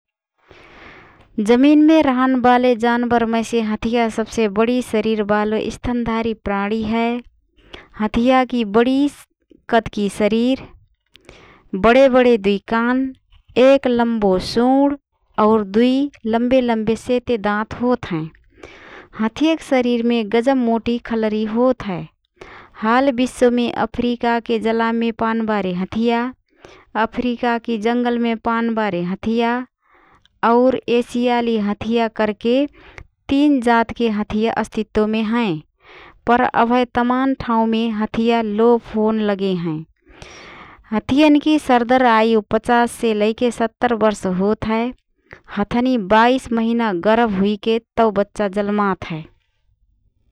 जमिनमे रहनबाले जानबरमैसे हथिया सबसे बडी शरीरबालो स्तनधारी प्राणी हए । हथियाकी बडी कदकी शरीर, बडे बडे दुई कान, एक लम्बो सुँड और दुई लम्बे लम्बे सेते दाँत होतहएँ । हथियक शरीरमे गजब मोटी खलरी होतहए । हाल विश्वमे अफ्रिकाके जलामे पानबारे हथिया, अफ्रिकाकी जङ्गलमे पानबारे हथिया और एसियाली हथिया करके तीन जातके हथिया अस्तित्वमे हएँ । पर अभए तमान ठावँमे हथिया लोप होन लगे हएँ । हथियनकी सरदर आयु ५० से लैके ७० वर्षतक होतहए । हथनी २२ महिना गरभ हुइके तओ बच्चा जलमात हए ।